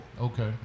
Okay